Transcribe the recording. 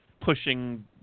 pushing